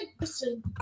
Listen